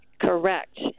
Correct